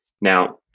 Now